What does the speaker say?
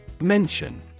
Mention